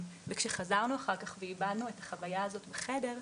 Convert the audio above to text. כשחזרנו ועיבדנו את החוויה הזאת בחדר,